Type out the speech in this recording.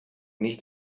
nicht